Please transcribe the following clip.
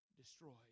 destroyed